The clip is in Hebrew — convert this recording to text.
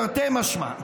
תרתי משמע,